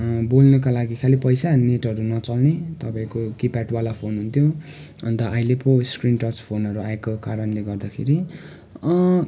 बोल्नुको लागि खालि पैसा नेटहरू नचल्ने तपाईँको किपेड वाला फोन हुन्थ्यो अन्त अहिले पो स्क्रिन टच फोनहरू आएको कारणले गर्दाखेरि